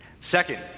Second